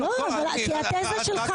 את מדברת רק בסיסמאות.